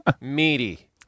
Meaty